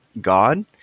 God